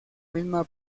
misma